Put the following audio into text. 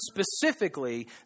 specifically